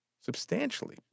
Substantially